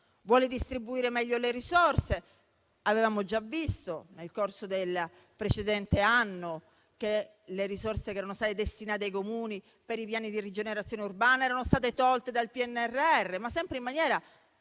e distribuire meglio le risorse. Avevamo già visto, nel corso del precedente anno, che le risorse che erano state destinate ai Comuni per i piani di rigenerazione urbana erano state tolte dal PNRR, ma sempre in maniera